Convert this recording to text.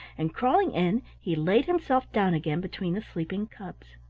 and crawling in he laid himself down again between the sleeping cubs.